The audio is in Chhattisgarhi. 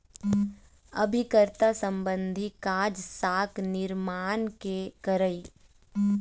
अभिकर्ता संबंधी काज, साख निरमान के करई